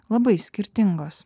labai skirtingos